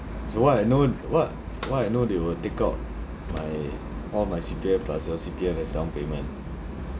so what I know what what I know they will take out my all my C_P_F plus your C_P_F as down payment